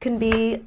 can be